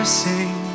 sing